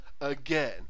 again